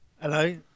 Hello